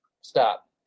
stop